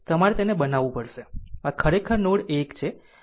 તમારે તેને બનાવવું પડશે આ ખરેખર નોડ ૧ છે